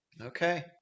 Okay